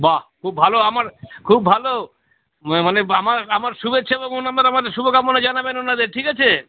বাহ খুব ভালো আমার খুব ভালো মা মানে বা আমার আমার শুভেচ্ছা এবং আমার আমাদের শুভ কামনা জানাবেন ওনাদের ঠিক আছে